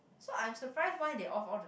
so I'm surprised why they off all the